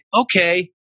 okay